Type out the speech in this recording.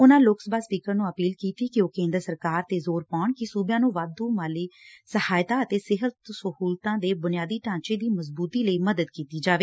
ਉਨੁਾਂ ਲੋਕ ਸਭਾ ਸਪੀਕਰ ਨੂੰ ਅਪੀਲ ਕੀਤੀ ਕਿ ਉਹ ਕੇਂਦਰ ਸਰਕਾਰ ਤੇ ਜ਼ੋਰ ਪਾਉਣ ਕਿ ਸੂਬਿਆਂ ਨੂੰ ਵਾਧੂ ਮਾਲੀ ਸਹਾਇਤਾਂ ਅਤੇ ਸਿਹਤ ਸਹੂਲਤਾਂ ਦੇ ਬੁਨਿਆਦੀ ਢਾਂਚੇ ਦੀ ਮਜ਼ਬੂਤੀ ਲਈ ਮਦਦ ਕੀਤੀ ਜਾਵੇ